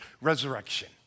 resurrection